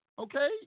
Okay